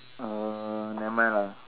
uh never mind lah